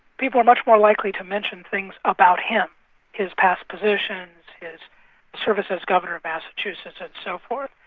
people are much more likely to mention things about him his past position, his service as governor of massachusetts, and so forth.